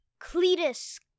Cletus